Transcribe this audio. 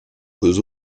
qu’aux